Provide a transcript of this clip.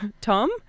Tom